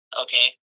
okay